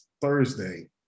Thursday